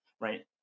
right